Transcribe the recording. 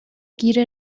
گیر